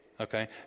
okay